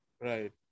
Right